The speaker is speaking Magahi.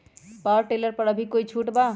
पाव टेलर पर अभी कोई छुट बा का?